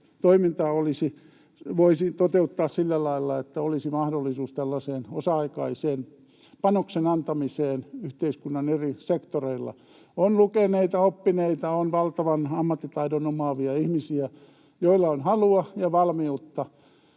toimintaa voisi toteuttaa sillä lailla, että olisi mahdollisuus tällaisen osa-aikaisen panoksen antamiseen yhteiskunnan eri sektoreilla. On lukeneita, oppineita, on valtavan ammattitaidon omaavia ihmisiä, joilla on halua ja valmiutta.